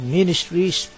Ministries